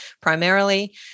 primarily